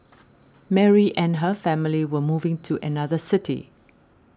Mary and her family were moving to another city